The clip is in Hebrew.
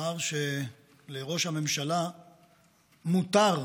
אמר שלראש הממשלה מותר,